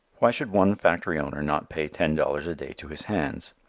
why should one factory owner not pay ten dollars a day to his hands?